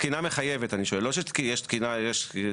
אני שואל אם יש תקינה מחייבת.